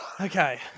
Okay